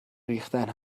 ریختن